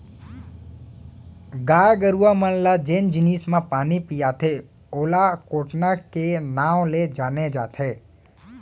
गाय गरूवा मन ल जेन जिनिस म पानी पियाथें ओला कोटना के नांव ले जाने जाथे